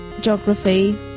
geography